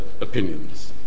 opinions